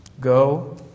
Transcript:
Go